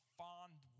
fond